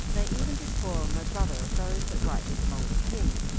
they even despoiled my brother of those that rightly belonged to him,